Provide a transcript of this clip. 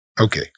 Okay